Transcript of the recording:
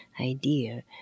idea